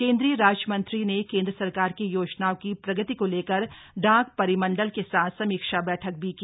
केंद्रीय राज्यमंत्री ने केन्द्र सरकार की योजनाओं की प्रगति को लेकर डाक परिमंडल के साथ समीक्षा बैठक भी की